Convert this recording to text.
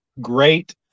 great